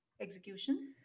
execution